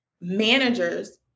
managers